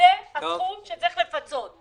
שזה הסכום שבו צריך לפצות.